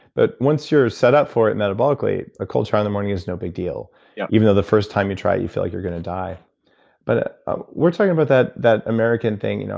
but once you're set up for it metabolically, a cold shower in the morning is no big deal yeah even though the first time you try it, you feel like you're gonna die we but were talking about that that american thing, you know